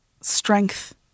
strength